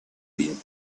been